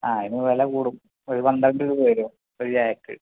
ആ അതിന് വില കൂടും ഒരു പന്ത്രണ്ട് രൂപ വരും ഒര് ചായക്ക്